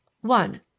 one